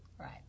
Right